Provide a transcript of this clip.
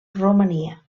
romania